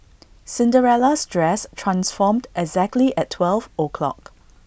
Cinderella's dress transformed exactly at twelve o'clock